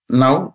now